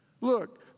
Look